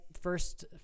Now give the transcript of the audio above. first